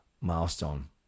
milestone